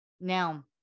now